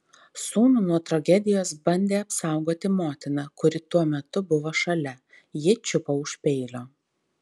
sūnų nuo tragedijos bandė apsaugoti motina kuri tuo metu buvo šalia ji čiupo už peilio